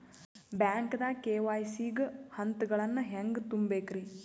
ಬ್ಯಾಂಕ್ದಾಗ ಕೆ.ವೈ.ಸಿ ಗ ಹಂತಗಳನ್ನ ಹೆಂಗ್ ತುಂಬೇಕ್ರಿ?